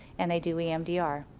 and they do emdr.